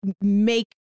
make